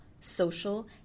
social